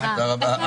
תודה רבה.